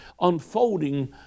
unfolding